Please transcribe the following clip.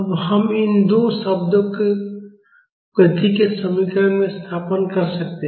अब हम इन दो शब्दों को गति के समीकरण में स्थानापन्न कर सकते हैं